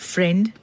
Friend